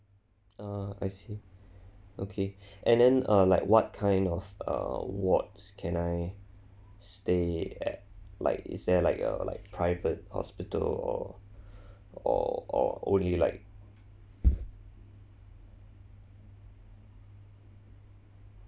uh I see okay and then uh like what kind of err wards can I stay at like is there like a like private hospital or or or only like